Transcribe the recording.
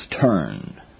turn